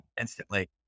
instantly